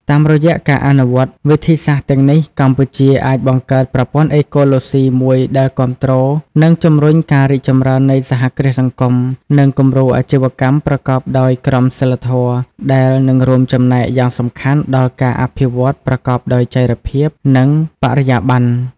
តាមរយៈការអនុវត្តវិធីសាស្រ្តទាំងនេះ កម្ពុជាអាចបង្កើតប្រព័ន្ធអេកូឡូស៊ីមួយដែលគាំទ្រ និងជំរុញការរីកចម្រើននៃសហគ្រាសសង្គម និងគំរូអាជីវកម្មប្រកបដោយក្រមសីលធម៌ ដែលនឹងរួមចំណែកយ៉ាងសំខាន់ដល់ការអភិវឌ្ឍប្រកបដោយចីរភាព និងបរិយាបន្ន។